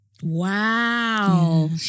Wow